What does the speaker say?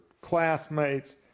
classmates